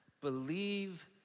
believe